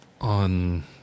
on